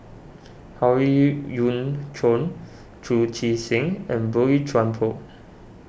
Howe Yoon Chong Chu Chee Seng and Boey Chuan Poh